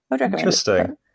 Interesting